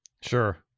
Sure